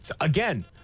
Again